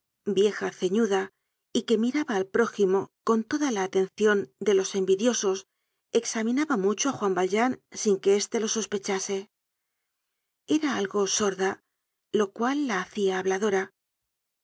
vieja ceñuda y que miraba al prójimo con toda la atencion de los envidiosos examinaba mucho á juan valjean sin que este lo sospechase era algo sorda lo cual la hácia habladora